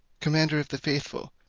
commander of the faithful,